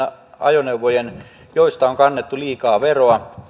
ajoneuvojen joista on kannettu liikaa veroa